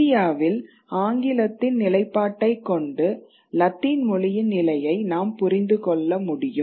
இந்தியாவில் ஆங்கிலத்தின் நிலைப்பாட்டைக் கொண்டு லத்தீன் மொழியின் நிலையை நாம் புரிந்து கொள்ள முடியும்